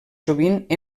sovint